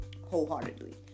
wholeheartedly